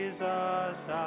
Jesus